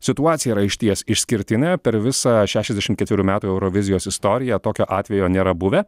situacija yra išties išskirtinė per visą šešiasdešim ketverių metų eurovizijos istoriją tokio atvejo nėra buvę